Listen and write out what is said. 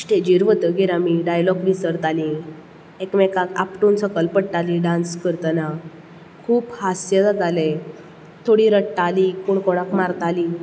स्टेजीर वतगीर आमी डायलॉग विसरताली एकमेकाक आपटून सकयल पडटाली डान्स करतना खूब हास्य जाताले थोडी रडटाली कोण कोणाक मारताली